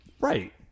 right